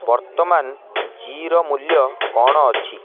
ବର୍ତ୍ତମାନ ଜିଇର ମୂଲ୍ୟ କ'ଣ ଅଛି